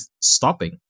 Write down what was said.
stopping